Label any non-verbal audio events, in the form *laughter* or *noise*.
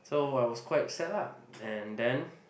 so I was quite sad lah and then *breath*